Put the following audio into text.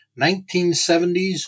1970s